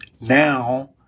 now